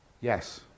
Yes